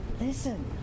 Listen